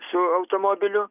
su automobiliu